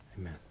Amen